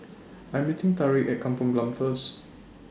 I Am meeting Tarik At Kampung Glam First